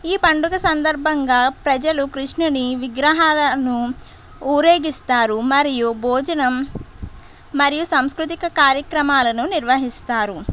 ఈ పండుగ సంధర్భంగా ప్రజలు కృష్ణుని విగ్రహాలను ఊరేగిస్తారు మరియు భోజనం మరియు సాంస్కృతిక కార్యక్రమాలను నిర్వహిస్తారు